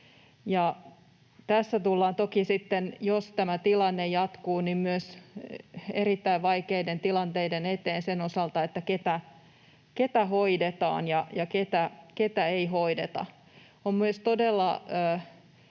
jos tämä tilanne jatkuu, myös erittäin vaikeiden tilanteiden eteen sen osalta, ketä hoidetaan ja ketä ei hoideta.